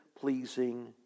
pleasing